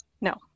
No